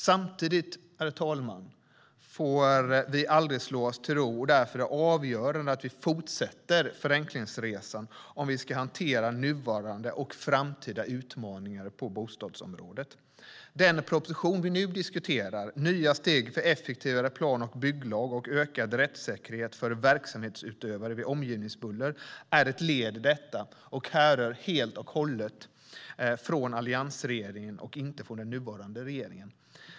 Samtidigt, herr talman, får vi aldrig slå oss till ro. Därför är det avgörande att vi fortsätter förenklingsresan om vi ska hantera nuvarande och framtida utmaningar på bostadsområdet. Den proposition som vi nu diskuterar, Nya steg för en effektivare plan och bygglag och ökad rättssäkerhet för verksamhetsutövare vid omgivningsbuller, är ett led i detta och härrör helt och hållet från alliansregeringen och inte från den nuvarande regeringen.